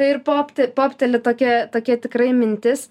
ir popt popteli tokia tokia tikrai mintis